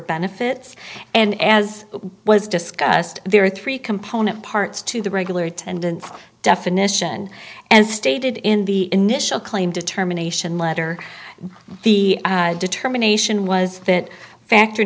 benefits and as was discussed there are three component parts to the regular attendance definition as stated in the initial claim determination letter the determination was that factor